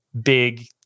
big